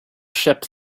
ship